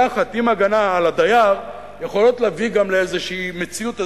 יחד עם הגנה על הדייר יכול להביא גם לאיזושהי מציאות,